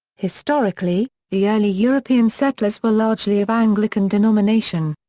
historically, the early european settlers were largely of anglican denomination.